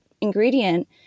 ingredient